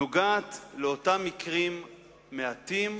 נוגעת באותם מקרים מעטים